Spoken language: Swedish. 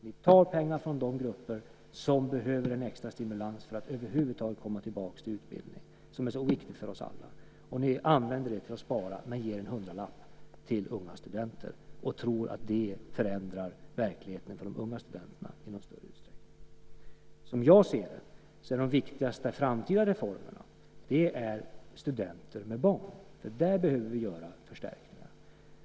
Ni tar pengar från de grupper som behöver en extra stimulans för att över huvud taget komma tillbaka till utbildning - något som är så viktigt för oss alla. Ni använder de pengarna för att spara men ger en hundralapp till unga studenter och tror att det förändrar verkligheten för de unga studenterna i någon större utsträckning. Som jag ser det gäller de viktigaste framtida reformerna studenter med barn, för där behöver vi göra förstärkningar.